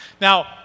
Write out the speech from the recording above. Now